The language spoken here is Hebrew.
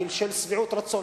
הן כל כך של שביעות רצון.